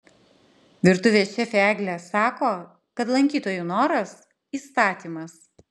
virtuvės šefė eglė sako kad lankytojų noras įstatymas